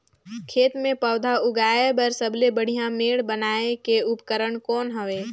खेत मे पौधा उगाया बर सबले बढ़िया मेड़ बनाय के उपकरण कौन हवे?